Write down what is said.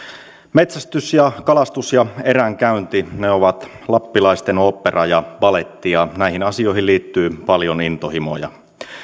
metsästys kalastus ja eränkäynti ovat lappilaisten ooppera ja baletti ja näihin asioihin liittyy paljon intohimoja